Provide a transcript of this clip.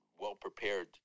well-prepared